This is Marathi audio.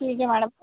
ठीक आहे मॅडम